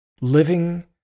living